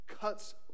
cuts